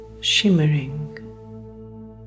shimmering